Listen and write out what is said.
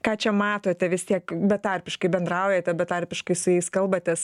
ką čia matote vis tiek betarpiškai bendraujate betarpiškai su jais kalbatės